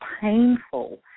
painful